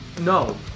No